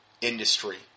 industry